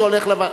זה הולך לוועדה,